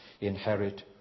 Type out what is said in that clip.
inherit